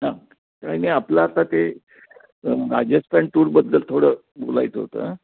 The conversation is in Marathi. हां काही नाही आपलं आता ते राजस्थान टूरबद्दल थोडं बोलायचं होतं